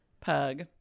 pug